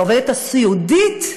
לעובדת הסיעודית,